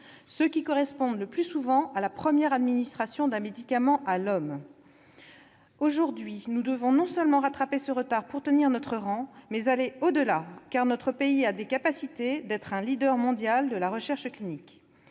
ceux qui correspondent le plus souvent à la première administration d'un médicament à l'homme. Aujourd'hui, nous devons non seulement rattraper ce retard pour tenir notre rang, mais aller au-delà, car notre pays a les capacités d'être un leader mondial de la recherche clinique.